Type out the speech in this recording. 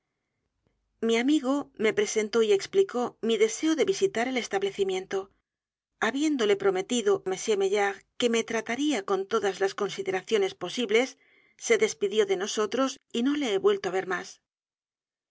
mi amigo me presentó y explicó mi deseo de visitar el establecimiento habiéndole prometido m maillard que me trataría con todas las consideraciones posibles se despidió de nosotros y no le he vuelto á ver más